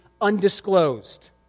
undisclosed